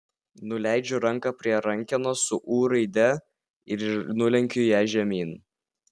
nuleidžiu ranką prie rankenos su ū raide ir nulenkiu ją žemyn